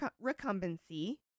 recumbency